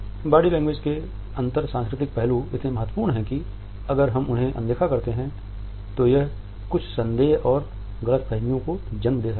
body language के अंतर सांस्कृतिक पहलू इतने महत्वपूर्ण हैं कि अगर हम उन्हें अनदेखा करते हैं तो यह कुछ संदेह और गलतफहमियों को जन्म दे सकता है